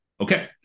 Okay